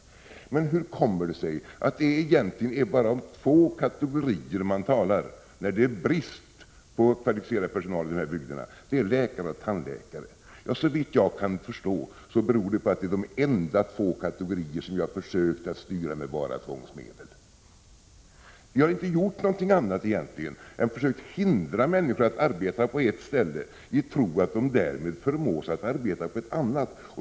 RS rn ESR ESSER Hur kommer det sig att det egentligen bara är om två kategorier man talar när det gäller brist på kvalificerad personal i dessa bygder, nämligen läkare och tandläkare? Såvitt jag kan förstå beror det på att dessa två kategorier är de enda som man har försökt att styra uteslutande med tvångsmedel. Vi har egentligen inte gjort något annat än försökt hindra människor från att arbeta på ett ställe, i tro att de därmed förmås att arbeta på ett annat.